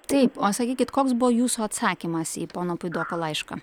taip o sakykit koks buvo jūsų atsakymas į pono puidoko laišką